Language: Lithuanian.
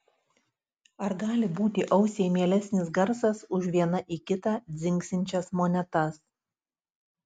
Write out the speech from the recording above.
ar gali būti ausiai mielesnis garsas už viena į kitą dzingsinčias monetas